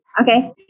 Okay